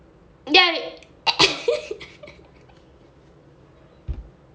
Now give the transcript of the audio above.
ya